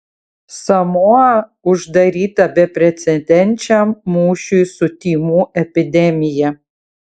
samoa uždaryta beprecedenčiam mūšiui su tymų epidemija